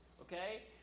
okay